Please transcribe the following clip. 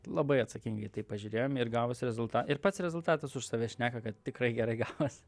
labai atsakingai į tai pažiūrėjom ir gavosi rezulta ir pats rezultatas už save šneka kad tikrai gerai gavos